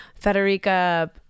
Federica